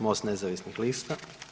MOST nezavisnih lista.